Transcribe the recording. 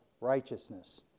righteousness